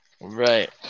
Right